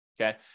okay